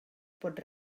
pot